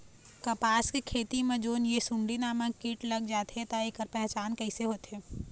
कपास के खेती मा जोन ये सुंडी नामक कीट लग जाथे ता ऐकर पहचान कैसे होथे?